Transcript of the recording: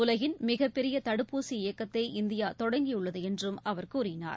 உலகின் மிகப்பெரிய தடுப்பூசி இயக்கத்தை இந்தியா தொடங்கியுள்ளது என்றும் அவர் கூறினார்